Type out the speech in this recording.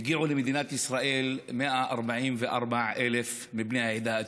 הגיעו למדינת ישראל 144,000 מבני העדה האתיופית.